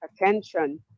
attention